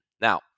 Now